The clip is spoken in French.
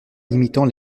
limitant